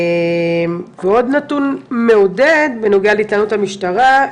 ועוד נתון מעודד, בנוגע להתנהלות המשטרה: